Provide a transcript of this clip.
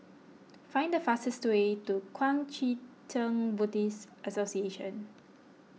find the fastest way to Kuang Chee Tng Buddhist Association